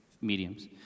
mediums